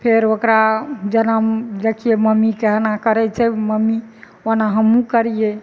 फेर ओकरा जेना देखियै मम्मीके एना करै छै मम्मी ओना हमहुँ करियै